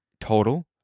total